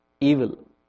evil